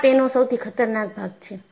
આ તેનો સૌથી ખતરનાક ભાગ છે